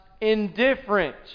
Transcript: indifferent